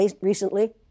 recently